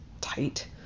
tight